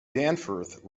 danforth